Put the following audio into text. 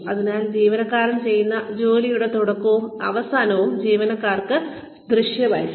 അതിനാൽ ജീവനക്കാർ ചെയ്യുന്ന ജോലിയുടെ തുടക്കവും അവസാനവും ജീവനക്കാർക്ക് ദൃശ്യമായിരിക്കണം